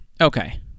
okay